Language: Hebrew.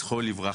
זכרו לברכה.